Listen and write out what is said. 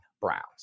browns